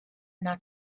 not